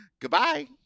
Goodbye